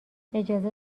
اجازه